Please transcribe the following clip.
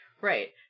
right